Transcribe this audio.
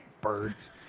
birds